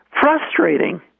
frustrating